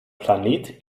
planet